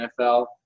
NFL